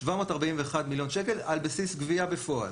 זה 741 על בסיס גבייה בפועל.